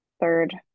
third